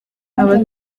aba